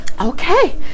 Okay